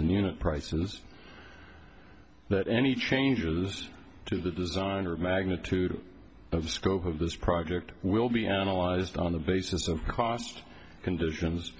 in unit prices that any changes to the design or magnitude of scope of this project will be analyzed on the basis of cost conditions